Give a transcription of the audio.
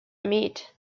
meet